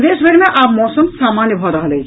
प्रदेशभरि मे आब मौसम सामान्य भऽ रहल अछि